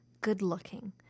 good-looking